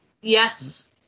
Yes